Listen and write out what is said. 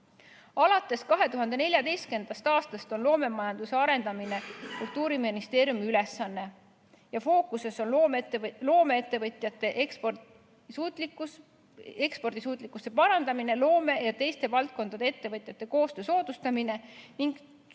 Alates 2014. aastast on loomemajanduse arendamine Kultuuriministeeriumi ülesanne. Fookuses on loomeettevõtjate ekspordisuutlikkuse parandamine, loome- ja teiste valdkondade ettevõtjate koostöö soodustamine ning